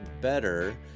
better